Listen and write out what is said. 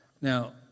Now